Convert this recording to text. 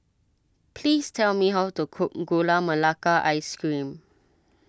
please tell me how to cook Gula Melaka Ice C ream